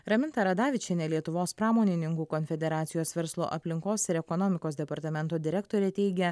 raminta radavičienė lietuvos pramonininkų konfederacijos verslo aplinkos ir ekonomikos departamento direktorė teigia